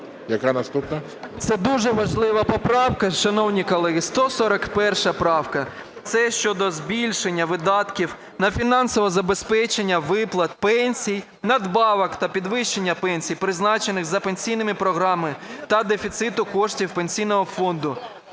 Це дуже важлива поправка, шановні колеги. 141 правка – це щодо збільшення видатків на фінансове забезпечення виплат пенсій, надбавок та підвищення пенсій, призначених за пенсійними програмами, та дефіциту коштів Пенсійного фонду